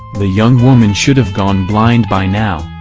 the young woman should've gone blind by now.